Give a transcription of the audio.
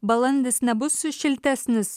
balandis nebus šiltesnis